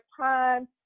time